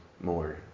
more